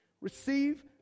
receive